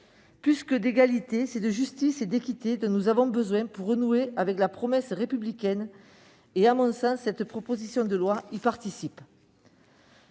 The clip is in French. Plus que d'égalité, c'est de justice et d'équité dont nous avons besoin pour renouer avec la promesse républicaine. À mon sens, cette proposition de loi y contribue.